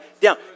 down